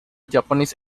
japanese